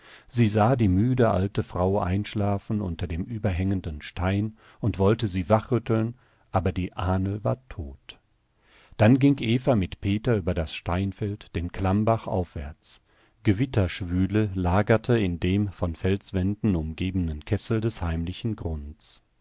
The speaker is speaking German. sie sah die müde alte frau einschlafen unter dem überhängenden stein und wollte sie wachrütteln aber die ahnl war tot dann ging eva mit peter über das steinfeld den klammbach aufwärts gewitterschwüle lagerte in dem von felswänden umgebenen kessel des heimlichen grunds